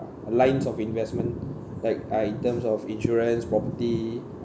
lines of investment like uh in terms of insurance property